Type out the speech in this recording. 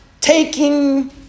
taking